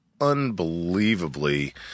unbelievably